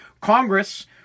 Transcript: Congress